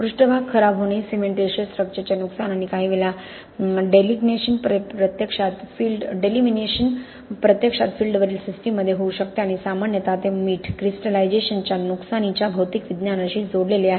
पृष्ठभाग खराब होणे सिमेंटिशियस स्ट्रक्चरचे नुकसान किंवा काहीवेळा डेलेमिनेशन प्रत्यक्षात फील्डवरील सिस्टममध्ये होऊ शकते आणि सामान्यत ते मीठ क्रि स्टलायझेशनच्या नुकसानीच्या भौतिक विज्ञानाशी जोडलेले आहे